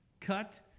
cut